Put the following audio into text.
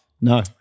No